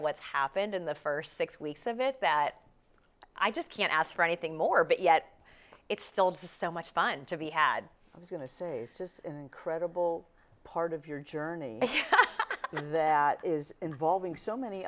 what's happened in the first six weeks of it that i just can't ask for anything more but yet it's still just so much fun to be had i was going to say this is incredible part of your journey and that is involving so many